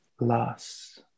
loss